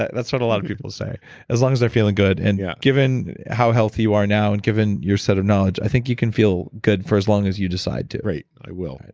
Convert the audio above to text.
ah sort of lot of people say as long as they're feeling good. and yeah given how healthy you are now and given your set of knowledge, i think you can feel good for as long as you decide to right. i will